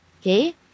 okay